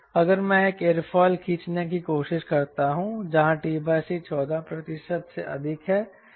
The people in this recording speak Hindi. अगर मैं एक एयरोफिल खींचने की कोशिश करता हूं जहां t c 14 से अधिक है